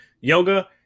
Yoga